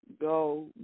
go